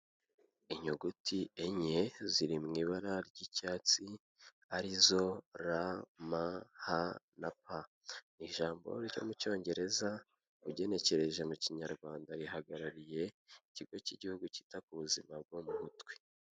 Inyuguti enye ziri mu ibara ry'icyatsi arizo R, M, H, P, ijambo ryo mu cyongereza ugenekereje mu Kinyarwanda rihagarariye ikigo cy'igihugu cyita ku buzima bwo mu mutwe.